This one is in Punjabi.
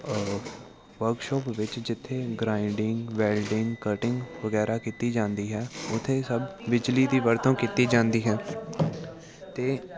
ਵਰਕਸ਼ੋਪ ਵਿੱਚ ਜਿੱਥੇ ਗਰਾਇਡਿੰਗ ਵੈਲਡਿੰਗ ਕਟਿੰਗ ਵਗੈਰਾ ਕੀਤੀ ਜਾਂਦੀ ਹੈ ਉੱਥੇ ਸਭ ਬਿਜਲੀ ਦੀ ਵਰਤੋਂ ਕੀਤੀ ਜਾਂਦੀ ਹੈ ਅਤੇ